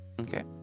Okay